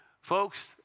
Folks